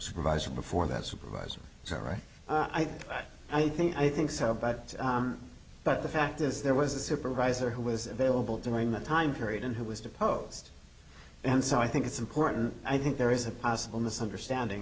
supervisor before that supervisor sorry i think i think so but but the fact is there was a supervisor who was available during that time period and who was deposed and so i think it's important i think there is a possible misunderstanding